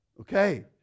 Okay